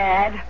Dad